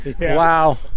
Wow